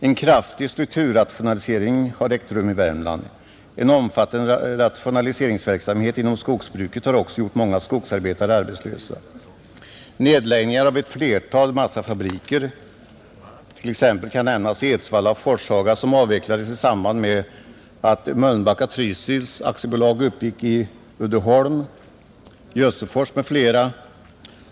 En kraftig strukturrationalisering har ägt rum i Värmland, En omfattande rationaliseringsverksamhet inom skogsbruket har också gjort många skogsarbetare arbetslösa, Nedläggningar av ett flertal massafabriker — t.ex. Edsvalla och Forshaga, den senare avvecklades i samband med att Mölnbacka—-Trysils AB uppgick i Uddeholm, samt Jössefors m, fl.